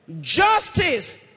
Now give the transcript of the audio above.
Justice